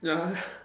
ya